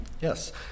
Yes